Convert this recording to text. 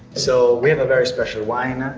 so we have a very special wine.